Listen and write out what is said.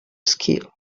skill